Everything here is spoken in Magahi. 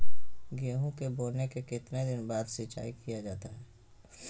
गेंहू के बोने के कितने दिन बाद सिंचाई किया जाता है?